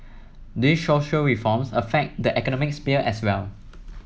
these social reforms affect the economic sphere as well